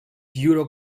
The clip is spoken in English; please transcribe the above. judo